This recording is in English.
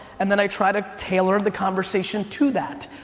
and then i try to tailor the conversation to that.